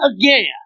again